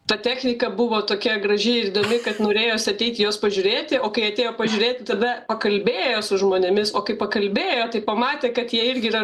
ta technika buvo tokia graži ir įdomi kad norėjosi ateiti jos pažiūrėti o kai atėjo pažiūrėti tada pakalbėjo su žmonėmis o kai pakalbėjo tai pamatė kad jie irgi yra